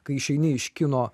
kai išeini iš kino